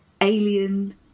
alien